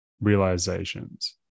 realizations